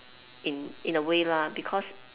in in a way lah because